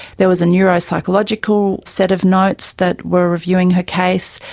there was a neuropsychological set of notes that were reviewing her case.